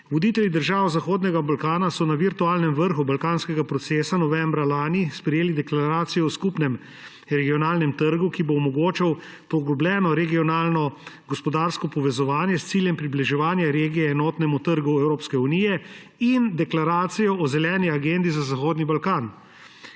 Voditelji držav Zahodnega Balkana so na virtualnem vrhu Berlinskega procesa novembra lani sprejeli deklaracijo o skupnem regionalnem trgu, ki bo omogočal poglobljeno regionalno gospodarsko povezovanje, s ciljem približevanja regije enotnemu trgu Evropske unije; in deklaracijo o Zeleni agendi za Zahodni Balkan,